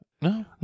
no